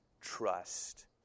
trust